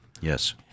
Yes